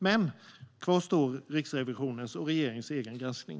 Men kvar står Riksrevisionens och regeringens egen granskning.